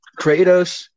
Kratos